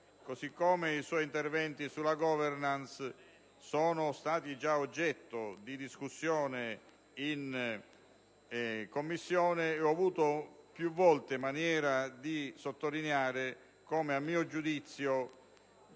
Anche i suoi interventi sulla *governance* sono già stati oggetto di discussione in Commissione. Ho avuto più volte maniera di sottolineare come, a mio giudizio,